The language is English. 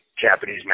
Japanese